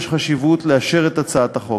יש חשיבות באישור הצעת החוק.